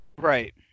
Right